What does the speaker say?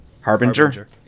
Harbinger